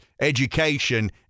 education